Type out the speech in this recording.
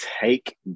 take